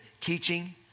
Teaching